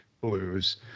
Blues